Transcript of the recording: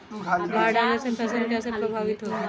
बाढ़ आने से फसल कैसे प्रभावित होगी?